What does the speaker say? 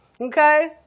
Okay